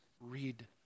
read